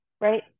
right